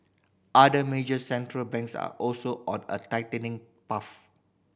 other major Central Banks are also on a tightening path